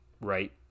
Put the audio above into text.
right